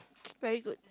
very good